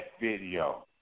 video